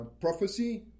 prophecy